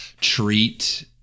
treat